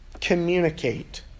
communicate